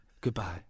Goodbye